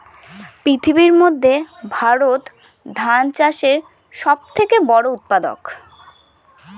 পৃথিবীর মধ্যে ভারত ধান চাষের সব থেকে বড়ো উৎপাদক